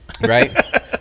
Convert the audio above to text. Right